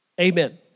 Amen